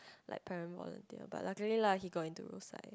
like parent volunteer but luckily lah they got into Rosyth